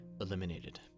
eliminated